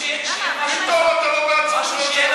זה לא בסמכות שלה,